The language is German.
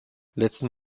letzten